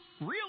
real